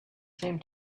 same